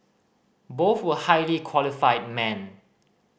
both were highly qualified men